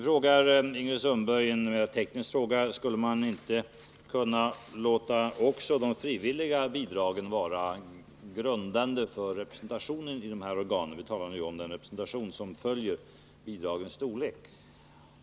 Ingrid Sundberg ställde också en teknisk fråga, om man inte skulle kunna låta också de frivilliga bidragen vara grundande för representationen i organen — vi talar alltså då om den representation som följer av bidragens storlek.